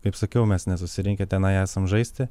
kaip sakiau mes nesusirinkę tenai esam žaisti